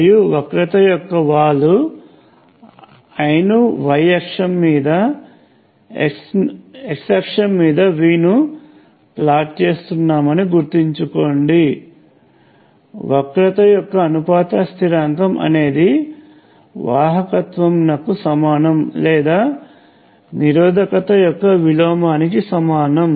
మరియు వక్రత యొక్క వాలు I ను y అక్షం మీద x అక్షం మీద V ను ప్లాట్ చేస్తున్నామని గుర్తుంచుకోండి వక్రత యొక్క అనుపాత స్థిరాంకం అనేది వాహకత్వం నకు సమానం లేదా నిరోధకత యొక్క విలోమానికి సమానం